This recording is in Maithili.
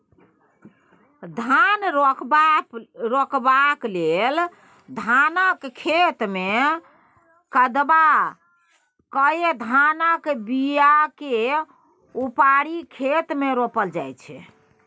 धान रोपबाक लेल धानक खेतमे कदबा कए धानक बीयाकेँ उपारि खेत मे रोपल जाइ छै